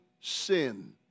sin